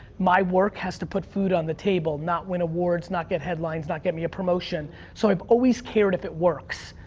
my work has to put food on the table. not win awards. not get headlines. not get me a promotion. so, i've always cared if it works.